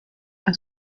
are